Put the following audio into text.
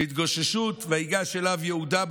"ויגש אליו יהודה",